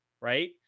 Right